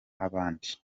abandi